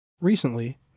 Recently